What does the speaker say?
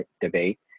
debate